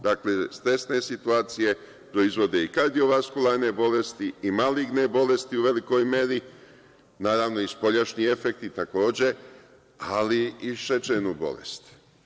Dakle, stresne situacije proizvode i kardiovaskularne bolesti i maligne bolesti u velikoj meri, naravno, i spoljašnji efekti takođe, ali i šećernu bolesti.